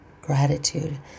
gratitude